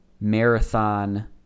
Marathon